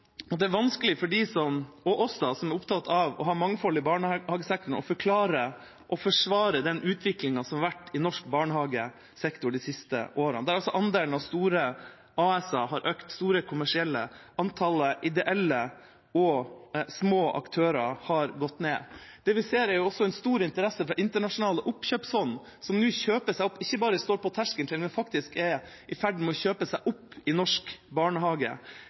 vanskelig for dem – og oss – som er opptatt av å ha mangfold i barnehagesektoren, å forklare og forsvare den utviklingen som har vært i norsk barnehagesektor de siste årene, der altså andelen av store kommersielle AS-er har økt. Antallet ideelle og små aktører har gått ned. Vi ser også en stor interesse fra internasjonale oppkjøpsfond, som nå ikke bare står på terskelen til, men faktisk er i ferd med å kjøpe seg opp i norsk